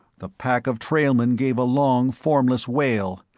the pack of trailmen gave a long formless wail,